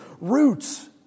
roots